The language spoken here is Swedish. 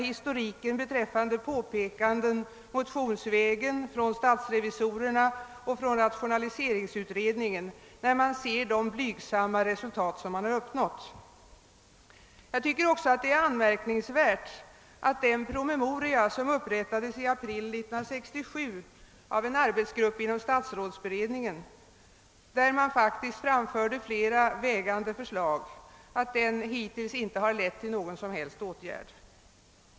Historiken beträffande påpekanden motionsvägen, från statsrevisorerna och från rationaliseringsutredningen gör ett lätt patetiskt intryck med hänsyn till de blygsamma resultat som uppnåtts. Jag tycker också att det är anmärkningsvärt att den promemoria som upprättades i april 1967 av en arbetsgrupp inom statsrådsberedningen och i vilken flera vägande förslag framfördes hittills inte har lett till någon som helst åtgärd.